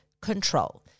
control